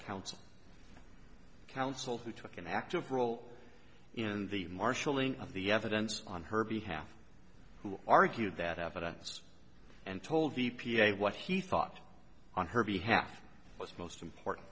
counsel counsel who took an active role in the marshalling of the evidence on her behalf who argued that evidence and told d p a what he thought on her behalf what's most important